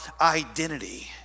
identity